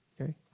okay